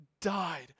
died